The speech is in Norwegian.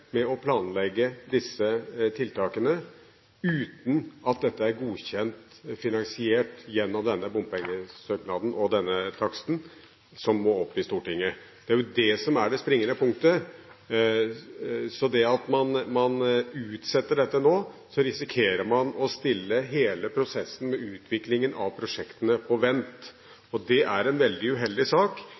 med å planlegge disse tiltakene uten at dette er godkjent finansiert gjennom denne bompengesøknaden og denne taksten, som må opp i Stortinget. Det er jo det som er det springende punktet. Ved at man utsetter dette nå, risikerer man å stille hele prosessen med utviklingen av prosjektene på vent, og det er en veldig uheldig sak.